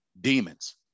Demons